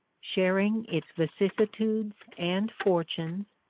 sharing its vicissitudes and fortunes,